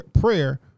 prayer